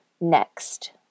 next